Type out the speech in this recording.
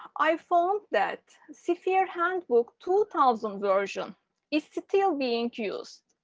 i felt that sphere handbook two thousand version is still being used.